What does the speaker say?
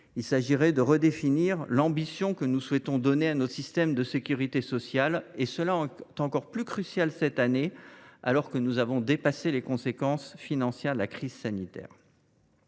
il s’agit de redéfinir l’ambition que nous souhaitons donner à notre système de sécurité sociale ; cela est d’autant plus crucial cette année, alors que nous avons dépassé les conséquences financières de la crise sanitaire.